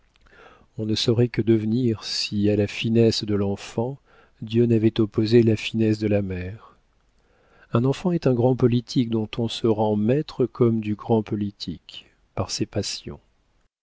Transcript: on ne saurait que devenir si à la finesse de l'enfant dieu n'avait opposé la finesse de la mère un enfant est un grand politique dont on se rend maître comme du grand politique par ses passions